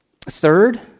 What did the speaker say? Third